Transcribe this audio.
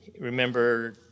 remember